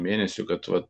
mėnesių kad vat